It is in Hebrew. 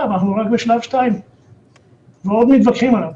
ואנחנו רק בשלב מס' 2 ועוד מתווכחים עליו.